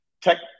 tech